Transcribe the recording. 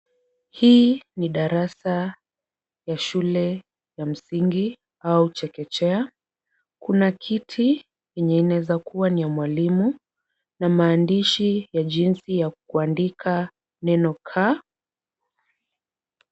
Hii ni darasa ya shule ya msingi au chekechea. Kuna kiti yenye inaweza kuwa ni ya mwalimu na maandishi ya jinsi ya kuandika neno K.